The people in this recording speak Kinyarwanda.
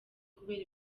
kubera